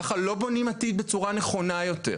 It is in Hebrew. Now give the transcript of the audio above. ככה לא בונים עתיד בצורה נכונה יותר.